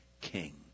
king